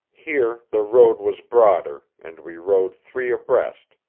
here the road was broader, and we rode three abreast,